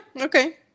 okay